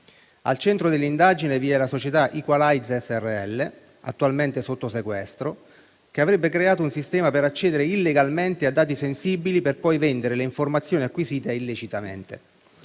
al centro dell'indagine vi è la società Equalize S.r.l., attualmente sotto sequestro, che avrebbe creato un sistema per accedere illegalmente a dati sensibili per poi vendere le informazioni acquisite illecitamente;